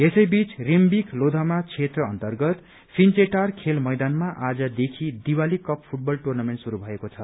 यसैबीच रिम्बिक लोधोमा क्षेत्र अन्तर्गत फिन्छेटार खेल मैदानमा आजदेखि दिवाली कप फूटबल टुर्नामेन्ट शुरू भएको छ